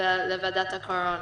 לוועדת הקורונה.